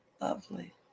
Lovely